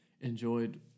enjoyed